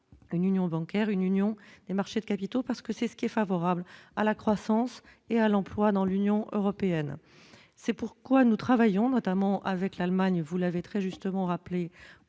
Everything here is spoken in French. une union bancaire, une union des marchés de capitaux, parce que c'est ce qui est favorable à la croissance et à l'emploi dans l'Union européenne, c'est pourquoi nous travaillons notamment avec l'Allemagne, vous l'avez très justement rappelé